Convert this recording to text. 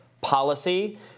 policy